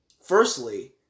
Firstly